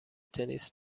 تنیس